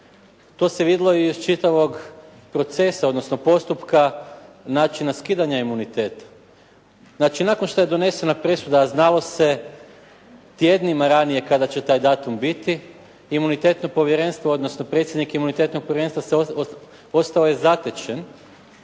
to se vidjelo i iz čitavog procesa odnosno postupka načina skidanja imuniteta. Znači, nakon što je donesena presuda a znalo se tjednima ranije kada će taj datum biti imunitetno povjerenstvo odnosno predsjednik imunitetnog povjerenstva ostao je zatečen